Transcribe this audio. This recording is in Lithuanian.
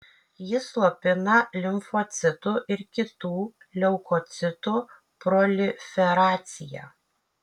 jis slopina limfocitų ir kitų leukocitų proliferaciją